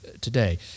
today